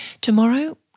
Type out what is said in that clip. Tomorrow